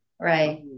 Right